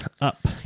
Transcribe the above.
up